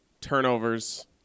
turnovers